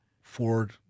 Ford